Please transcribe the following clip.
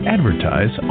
Advertise